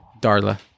Darla